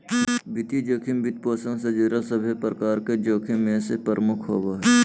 वित्तीय जोखिम, वित्तपोषण से जुड़ल सभे प्रकार के जोखिम मे से प्रमुख होवो हय